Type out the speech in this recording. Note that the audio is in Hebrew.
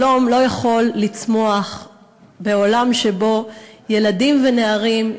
שלום לא יכול לצמוח בעולם שבו ילדים ונערים,